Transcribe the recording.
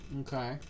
Okay